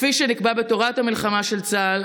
כפי שנקבע בתורת המלחמה של צה"ל,